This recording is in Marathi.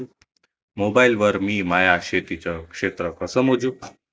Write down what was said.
मोबाईल वर मी माया शेतीचं क्षेत्र कस मोजू?